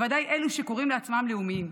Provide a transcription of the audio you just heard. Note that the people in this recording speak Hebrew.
בוודאי אלו שקוראים לעצמם לאומיים.